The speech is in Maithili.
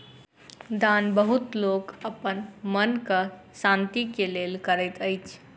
दान बहुत लोक अपन मनक शान्ति के लेल करैत अछि